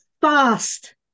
fast